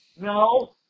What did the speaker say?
No